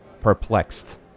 perplexed